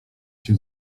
cię